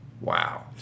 Wow